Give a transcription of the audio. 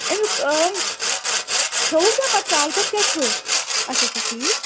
امکۍ ٲمۍ کھیٚوو کیاہ پَتہٕ کالہٕ پیٚٹھ کیاہ کھیٚو اچھا اچھا ٹھیٖک